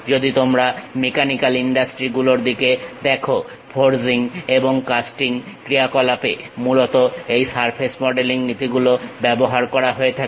যদি তোমরা mechanical industry গুলোর দিকে দেখো ফর্জিং এবং কাস্টিং ক্রিয়া কলাপে মূলত এই সারফেস মডেলিং নীতিগুলো ব্যবহার করা হয়ে থাকে